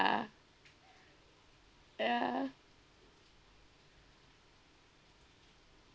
ya